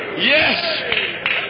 Yes